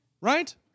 right